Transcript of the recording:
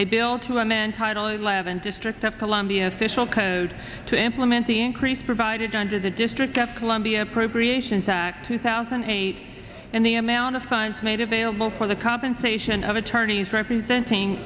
a bill to a man title of and district of columbia official code to implement the increase provided under the district of columbia appropriations act two thousand and eight and the amount of time made available for the compensation of attorneys representing